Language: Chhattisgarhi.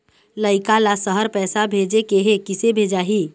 लइका ला शहर पैसा भेजें के हे, किसे भेजाही